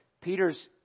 Peter's